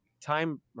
time